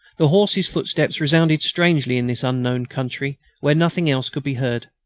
the horses' footsteps resounded strangely in this unknown country where nothing else could be heard.